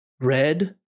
Red